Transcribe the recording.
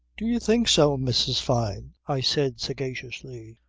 do you think so, mrs. fyne? i said sagaciously.